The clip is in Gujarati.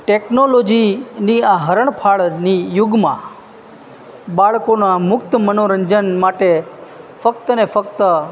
ટેકનોલોજીની આ હરણફાળની યુગમાં બાળકોના મુક્ત મનોરંજન માટે ફક્ત અને ફક્ત